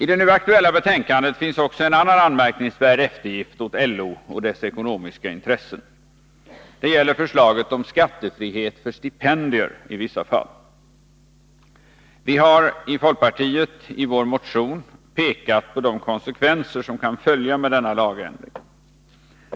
I det nu aktuella betänkandet finns också en anmärkningsvärd eftergift åt LO och dess ekonomiska intressen. Det gäller förslaget om skattefrihet för stipendier i vissa fall. Vi i folkpartiet har i vår motion pekat på de konsekvenser som kan följa med denna lagändring.